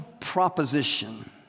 proposition